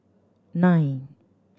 nine